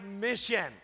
mission